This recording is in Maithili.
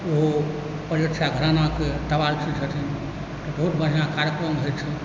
ओहो पञ्चगछिया घरानाके तबालची छथिन बहुत बढ़िआँ कार्यक्रम होइत छै